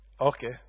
okay